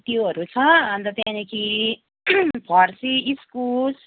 त्योहरू छ अनि त्यहाँदेखि फर्सी इस्कुस